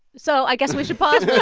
so i guess we should pause but